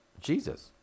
Jesus